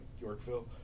yorkville